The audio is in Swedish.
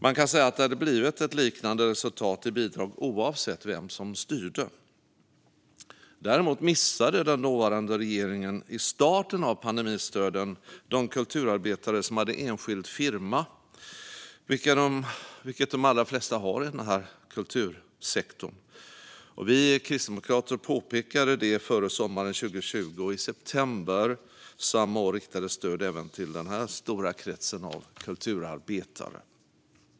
Man kan säga att det hade blivit ett liknande resultat i form av bidrag oavsett vem som styrde. Däremot missade den dåvarande regeringens pandemistöd i starten de kulturarbetare som hade enskild firma, vilket de allra flesta har i kultursektorn. Vi kristdemokrater påpekade detta före sommaren 2020, och i september samma år riktades stöd även till denna stora krets av kulturarbetare.